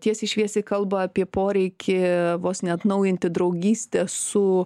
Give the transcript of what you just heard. tiesiai šviesiai kalba apie poreikį vos neatnaujinti draugystę su